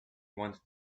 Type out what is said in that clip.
wanted